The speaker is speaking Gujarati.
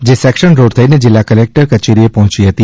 જે સેકશન રોડ થઇને જીલ્લા કલેક્ટર કચેરીએ પહોંચી હતી